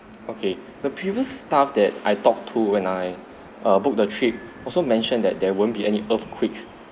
okay the previous staff that I talk to when I err book the trip also mentioned that there won't be any earthquakes